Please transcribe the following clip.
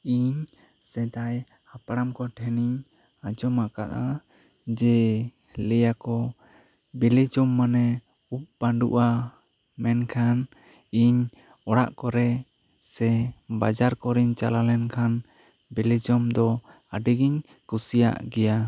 ᱤᱧ ᱥᱮᱫᱟᱭ ᱦᱟᱯᱲᱟᱢ ᱠᱚᱴᱷᱮᱱ ᱤᱧ ᱟᱸᱡᱚᱢ ᱟᱠᱟᱜᱼᱟ ᱡᱮ ᱞᱮᱭᱟᱠᱚ ᱵᱤᱞᱤ ᱡᱚᱢ ᱢᱟᱱᱮ ᱩᱵ ᱯᱟᱺᱰᱩᱜᱼᱟ ᱢᱮᱱᱠᱷᱟᱱ ᱤᱧ ᱚᱲᱟᱜ ᱠᱚᱨᱮ ᱥᱮ ᱵᱟᱡᱟᱨ ᱠᱚᱨᱮᱧ ᱪᱟᱞᱟ ᱞᱮᱱ ᱠᱷᱟᱱ ᱵᱤᱞᱤ ᱡᱚᱢ ᱫᱚ ᱟ ᱰᱤ ᱜᱮᱧ ᱠᱩᱥᱤᱭᱟᱜ ᱜᱮᱭᱟ